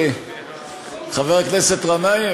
חבר הכנסת גנאים,